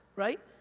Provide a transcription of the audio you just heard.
right?